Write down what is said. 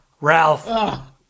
Ralph